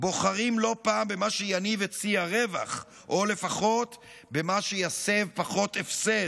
בוחרים לא פעם במה שיניב את שיא הרווח או לפחות במה שיסב פחות הפסד.